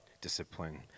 discipline